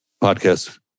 podcast